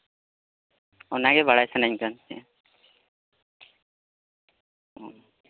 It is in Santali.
ᱚᱱᱟᱜᱮ ᱵᱟᱲᱟᱭ ᱥᱟᱱᱟᱧ ᱠᱟᱱ ᱛᱟᱦᱮᱸᱫᱼᱟ ᱚ